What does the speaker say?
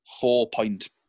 four-point